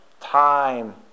time